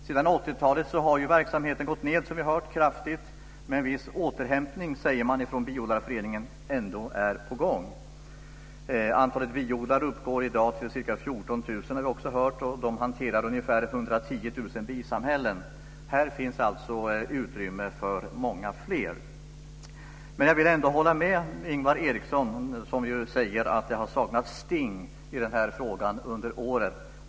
Sedan 80-talet har verksamheten gått ned kraftigt, som vi har hört, men en viss återhämtning är ändå på gång, säger man från biodlarföreningen. Antalet biodlare uppgår i dag till ca 14 000, har vi också hört, och de hanterar ungefär 110 000 bisamhällen. Här finns alltså utrymme för många fler. Jag vill ändå hålla med Ingvar Eriksson, som säger att det har saknats sting i denna fråga under åren.